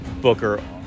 Booker